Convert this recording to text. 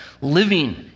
living